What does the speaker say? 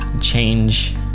change